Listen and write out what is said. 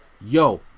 Yo